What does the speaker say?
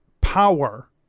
power